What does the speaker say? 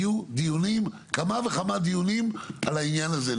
יהיו דיונים, כמה וכמה דיונים על העניין הזה.